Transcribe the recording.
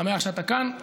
אני שמח שאתה כאן.